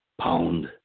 pound